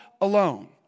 alone